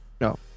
no